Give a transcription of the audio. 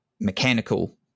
mechanical